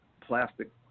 plastic